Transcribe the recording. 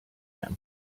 them